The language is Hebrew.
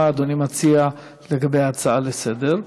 מה אדוני מציע לגבי ההצעה לסדר-היום?